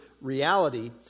reality